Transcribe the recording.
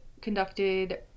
conducted